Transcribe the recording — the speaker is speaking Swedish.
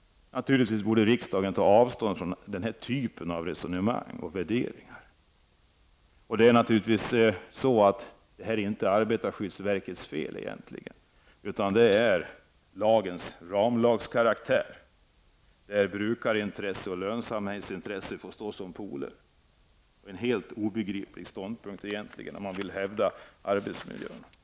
Riksdagen borde naturligtvis ta avstånd från denna typ av resonemang och värderingar. Det är egentligen inte arbetarskyddsverkets fel, utan lagens ramlagskaraktär där brukarintressen och lönsamhetsintressen får stå som motpoler. Det är en helt obegriplig ståndpunkt om man vill hävda arbetsmiljöns betydelse.